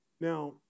now